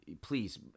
please